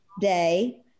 day